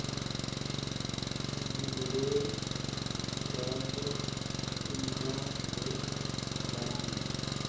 मजदूर कार्ड कुनियाँ से बनाम?